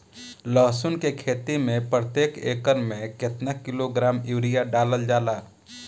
लहसुन के खेती में प्रतेक एकड़ में केतना किलोग्राम यूरिया डालल जाला?